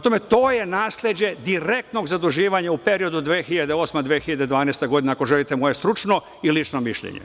To je nasleđe direktnog zaduživanja u periodu 2008, 2012. godina, ako želite moje stručno i lično mišljenje.